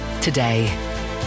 today